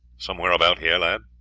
somewhere about here, lad?